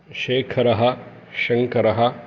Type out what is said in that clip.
शेखरः शङ्करः